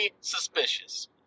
suspicious